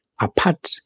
apart